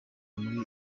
muri